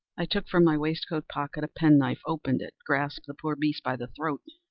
i took from my waistcoat-pocket a pen-knife, opened it, grasped the poor beast by the throat,